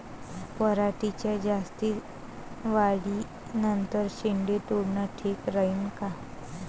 पराटीच्या जास्त वाढी नंतर शेंडे तोडनं ठीक राहीन का?